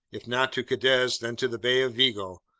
if not to cadiz, then to the bay of vigo,